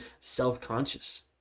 self-conscious